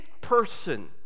person